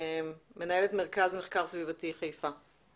מנהלת מרכז מחקר סביבתי, חיפה.